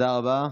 תודה רבה.